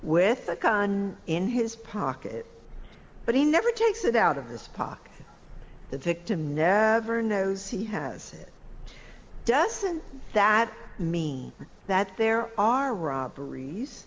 with a gun in his pocket but he never takes it out of the spock the victim never knows he has doesn't that mean that there are robberies